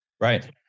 Right